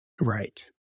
Right